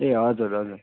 ए हजुर हजुर